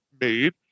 made